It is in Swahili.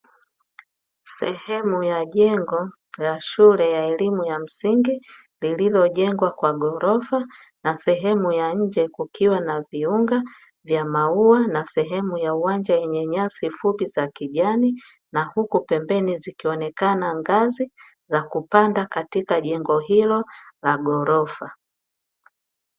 Sehemu ya jengo ya shule ya elimu ya msingi lililojengwa kwa ghorofa na sehemu ya nje kukiwa na viunga vya maua, na sehemu ya uwanja yenye nyasi fupi za kijani na huku pembeni zikioekana ngazi za kupanda katika jengo hilo la ghorofa.